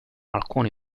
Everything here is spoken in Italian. alcuni